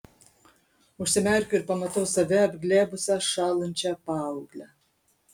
užsimerkiu ir pamatau save apglėbusią šąlančią paauglę